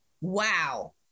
Wow